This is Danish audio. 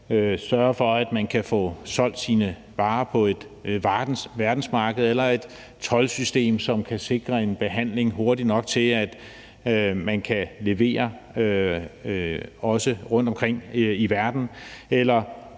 sørge for, at man kan få solgt sine varer på et verdensmarked, eller et toldsystem, som kan sikre en behandling, der er hurtig nok, til at man kan levere også rundtomkring i verden, eller